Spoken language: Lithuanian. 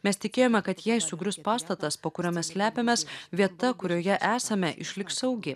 mes tikėjome kad jei sugrius pastatas po kuriuo mes slepiamės vieta kurioje esame išliks saugi